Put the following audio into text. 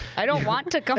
i don't want to come